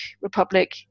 Republic